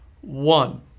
One